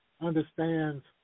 understands